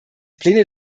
pläne